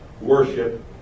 worship